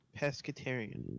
pescatarian